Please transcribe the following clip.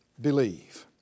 believe